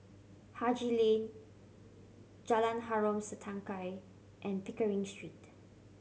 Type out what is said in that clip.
Haji Lane Jalan Harom Setangkai and Pickering Street